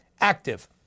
active